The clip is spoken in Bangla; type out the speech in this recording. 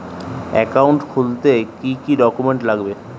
অ্যাকাউন্ট খুলতে কি কি ডকুমেন্ট লাগবে?